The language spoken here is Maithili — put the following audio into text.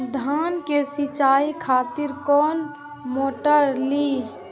धान के सीचाई खातिर कोन मोटर ली?